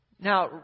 Now